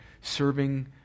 serving